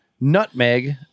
nutmeg